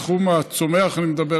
על תחום הצומח אני מדבר,